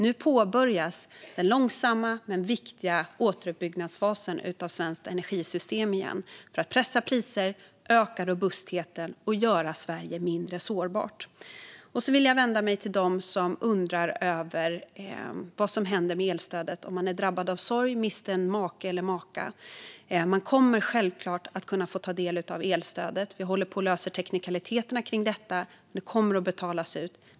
Nu påbörjas den långsamma men viktiga återuppbyggnaden av det svenska energisystemet för att pressa priser, öka robustheten och göra Sverige mindre sårbart. Sedan vill jag vända mig till dem som undrar vad som händer med elstödet om man är drabbad av sorg efter att ha mist en make eller maka. Man kommer självklart att kunna ta del av elstödet. Vi håller på och löser teknikaliteterna kring detta. Det kommer att betalas ut.